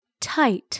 Tight